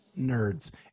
nerds